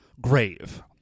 grave